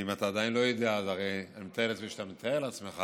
ואם אתה עדיין לא יודע אז הרי אני מתאר לעצמי שאתה מתאר לעצמך